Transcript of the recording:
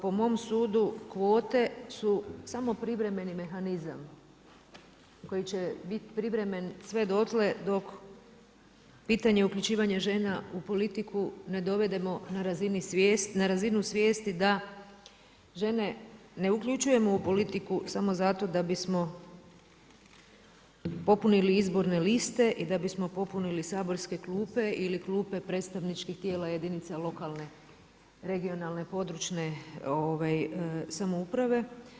Po mom sudu kvote su samo privremeni mehanizam koji će biti privremen sve dotle dok pitanje uključivanja žena u politiku ne dovedemo na razinu svijesti da žene ne uključujemo u politiku samo zato da bismo popunili izborne liste, i da bi smo popunili saborske klupe ili klupe predstavničkih tijela jedinica lokalne, regionalne, područne samouprave.